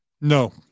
No